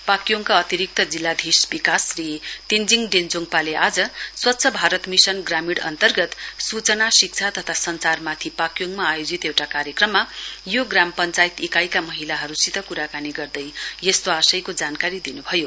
पाक्योङका अतिरिक्त जिल्लाधीश विकास श्री तेश्विङ डेश्वोङपाले आज स्वच्छ भारत मिशन ग्रामीण अन्तर्गत सूचना शिक्षा तथा संचारमाथि पाक्योङमा आयोजित एउटा कार्यक्रममा यो ग्राम पश्चायत इकाईका महिलाहरुसित कुराकानी गर्दै यस्तो आशयको जानकारी दिनुभयो